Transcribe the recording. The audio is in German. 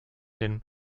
den